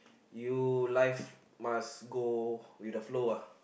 you life must go with the flow uh